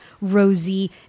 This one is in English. Rosie